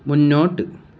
മുന്നോട്ട്